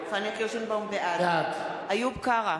בעד איוב קרא,